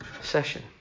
session